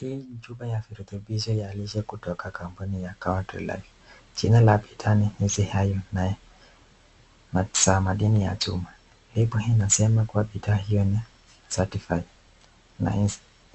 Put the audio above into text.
Hii ni chupa ya viritubisho ya lishe kutoka kampuni ya Country life, jina la bidhaa ni Easy Lion na za madini ya chuma. Lebo hii inasema kuwa hiyo ni certified na